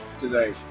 today